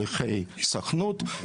שליחי סוכנות,